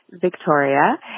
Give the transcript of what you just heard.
Victoria